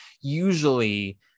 usually